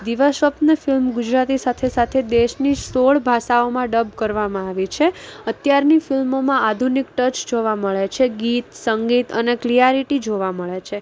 દીવા સ્વપ્ન ફિલ્મ ગુજરાતી સાથે સાથે દેશની સોળ ભાષાઓમાં ડબ કરવામાં આવી છે અત્યારની ફિલ્મોમાં આધુનિક ટચ જોવા મળે છે ગીત સંગીત અને ક્લિયારીટી જોવા મળે છે